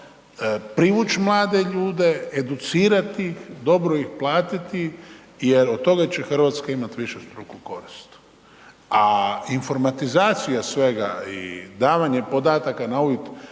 privući mlade ljude, educirati ih, dobro ih platiti jer od toga će Hrvatska imati višestruku korist. A informatizacija sve i davanje podataka na uvid